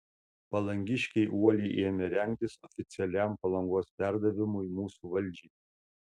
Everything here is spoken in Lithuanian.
palangiškiai uoliai ėmė rengtis oficialiam palangos perdavimui mūsų valdžiai